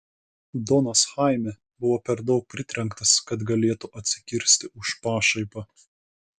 donas chaime buvo per daug pritrenktas kad galėtų atsikirsti už pašaipą